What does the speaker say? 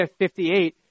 58